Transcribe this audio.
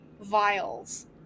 vials